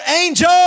angel